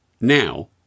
Now